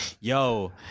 yo